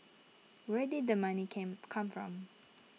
where did the money came come from